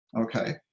Okay